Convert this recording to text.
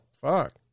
Fuck